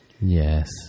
Yes